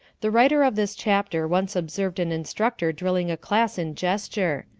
the writer of this chapter once observed an instructor drilling a class in gesture.